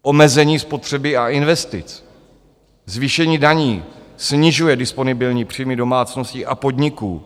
Omezení spotřeby a investic, zvýšení daní snižuje disponibilní příjmy domácností a podniků.